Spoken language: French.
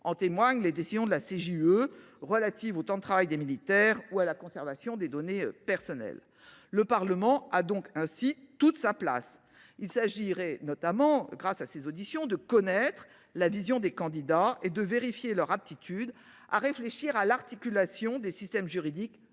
en témoignent les décisions de la CJUE relatives au temps de travail des militaires ou à la conservation des données personnelles. Le Parlement a donc toute sa place. Ces auditions permettraient notamment de connaître la vision des candidats et de vérifier leur aptitude à réfléchir à l’articulation des systèmes juridiques européens